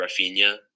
Rafinha